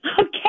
okay